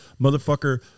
Motherfucker